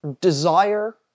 desire